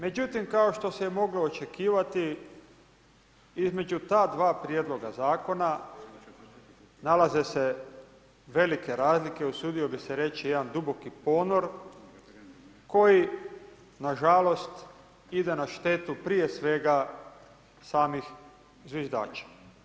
Međutim, kao što se je moglo očekivati između ta dva prijedloga zakona nalaze se velike razlike, usudio bi se reći jedan duboki ponor koji nažalost ide na štetu prije svega samih zviždača.